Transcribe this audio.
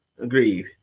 Agreed